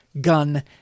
Gun